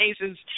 cases